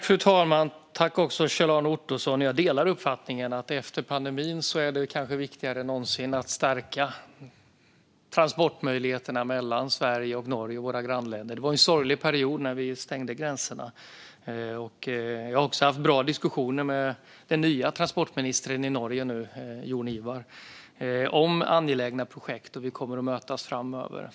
Fru talman! Jag delar uppfattningen att det efter pandemin är kanske viktigare än någonsin att stärka transportmöjligheterna mellan Sverige och Norge och våra andra grannländer. Det var en sorglig period när vi stängde gränserna. Jag har också haft bra diskussioner med den nye transportministern i Norge, Jon-Ivar, om angelägna projekt. Vi kommer att mötas framöver.